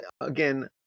again